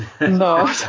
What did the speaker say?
No